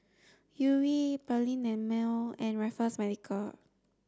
Yuri Perllini and Mel and Raffles Medical